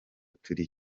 turi